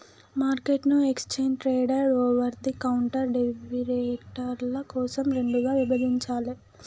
మార్కెట్ను exchange traded, over the counter డెరివేటివ్ల కోసం రెండుగా విభజించాలే